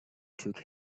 took